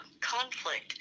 conflict